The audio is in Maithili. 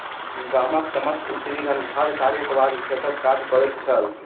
गामक समस्त स्त्रीगण घर कार्यक बाद खेतक काज करैत छल